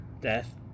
death